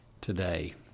today